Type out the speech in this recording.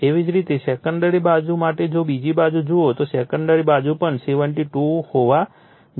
એવી જ રીતે સેકન્ડરી બાજુ માટે જો બીજી બાજુ જુઓ તો સેકન્ડરી બાજુ પણ 72 હોવા જોઈએ